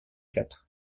quatre